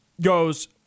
goes